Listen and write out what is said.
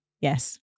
Yes